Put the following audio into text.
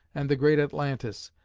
and the great atlantis,